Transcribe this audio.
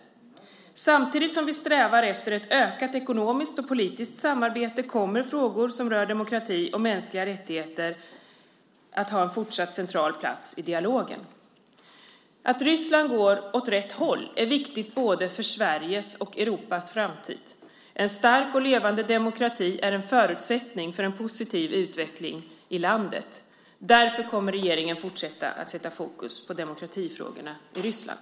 Samtidigt som vi strävar efter ett ökat ekonomiskt och politiskt samarbete kommer frågor som rör demokrati och mänskliga rättigheter att ha en fortsatt central plats i dialogen. Att Ryssland går åt rätt håll är viktigt både för Sveriges och för Europas framtid. En stark och levande demokrati är en förutsättning för en positiv utveckling i landet. Därför kommer regeringen att fortsätta att sätta fokus på demokratifrågorna i Ryssland.